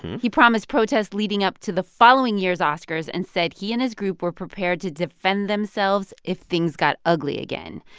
he promised protests leading up to the following year's oscars and said he and his group were prepared to defend themselves if things got ugly again.